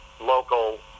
local